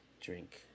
drink